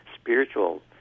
spiritual